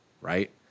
right